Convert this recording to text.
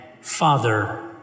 father